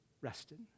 rested